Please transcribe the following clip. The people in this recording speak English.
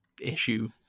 issue